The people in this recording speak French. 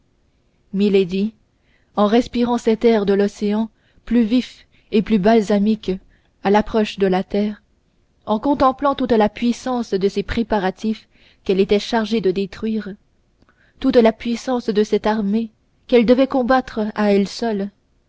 incendie milady en respirant cet air de l'océan plus vif et plus balsamique à l'approche de la terre en contemplant toute la puissance de ces préparatifs qu'elle était chargée de détruire toute la puissance de cette armée qu'elle devait combattre à elle seule